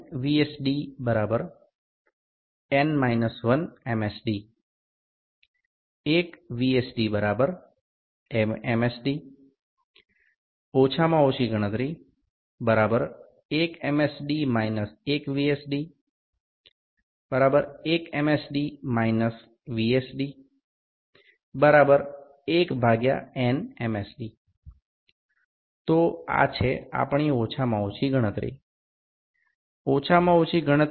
n VSD n ১ MSD ১ VSD ¿¿ MSD সর্বনিম্ন গণনা ১ MSD - ১ VSD ১ MSD −¿¿¿ VSD ১nMSD সুতরাং এটি আমাদের সর্বনিম্ন গণনা সর্বনিম্ন গণনার সূত্রটি সাধারণ